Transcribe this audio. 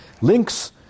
links